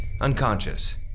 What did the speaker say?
unconscious